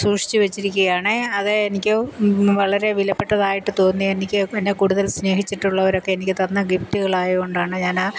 സൂക്ഷിച്ചു വച്ചിരിക്കുകയാണ് അത് എനിക്ക് വളരെ വിലപ്പെട്ടതായിട്ട് തോന്നി എനിക്ക് എന്നെ കൂടുതൽ സ്നേഹിച്ചിട്ടുള്ളവരൊക്കെ എനിക്ക് തന്ന ഗിഫ്റ്റുകളായത് കൊണ്ടാണ് ഞാൻ ആ